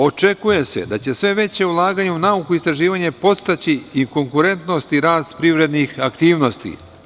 Očekuje se da će sve veće ulaganje u nauku i istraživanje podstaći i konkurentnost i rast privrednih aktivnosti.